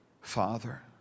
Father